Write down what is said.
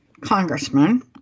congressman